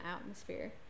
atmosphere